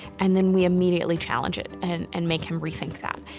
and then we immediately challenge it and and make him rethink that.